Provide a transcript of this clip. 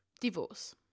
divorce